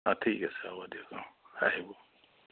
অঁ ঠিক আছে হ'ব দিয়ক অঁ আহিব